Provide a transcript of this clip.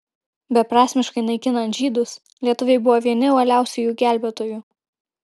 beprasmiškai naikinant žydus lietuviai buvo vieni uoliausių jų gelbėtojų